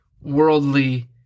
worldly